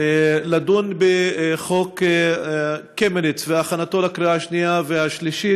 לדון בחוק קמיניץ, בהכנתו לקריאה השנייה והשלישית.